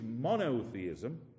monotheism